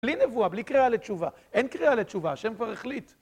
בלי נבואה, בלי קריאה לתשובה. אין קריאה לתשובה, השם כבר החליט.